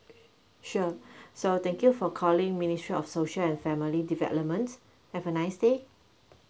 sure so thank you for calling ministry of social and family development have a nice day